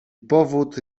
powód